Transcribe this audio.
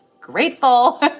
grateful